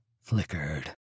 flickered